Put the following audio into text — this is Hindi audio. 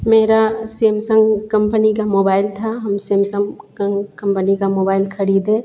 मेरा सेमसंग कम्फनी का मोबाइल था हम सेमसम कम्पनी का मोबाइल ख़रीदे